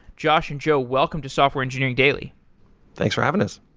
josh and joe, welcome to software engineering daily thanks for having us.